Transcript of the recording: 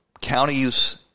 counties